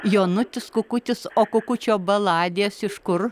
jonutis kukutis o kukučio baladės iš kur